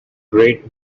great